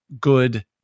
good